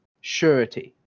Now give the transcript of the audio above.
surety